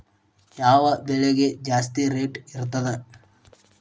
ಯಾವ ಬೆಳಿಗೆ ಜಾಸ್ತಿ ರೇಟ್ ಇರ್ತದ?